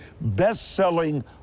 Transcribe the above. best-selling